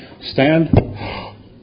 stand